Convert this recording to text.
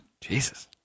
Jesus